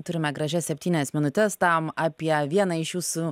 turime gražias septynias minutes tam apie vieną iš jūsų